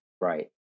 Right